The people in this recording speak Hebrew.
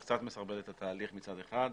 זה קצת מסרבל את התהליך מצד אחד,